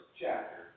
chapter